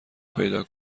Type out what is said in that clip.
پیدا